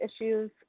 issues